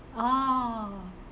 oh